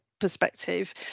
perspective